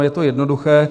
Je to jednoduché.